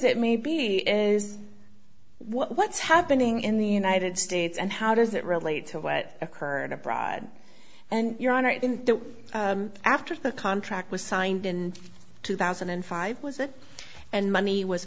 it may be is what's happening in the united states and how does that relate to what occurred abroad and you're on right in after the contract was signed in two thousand and five was it and money was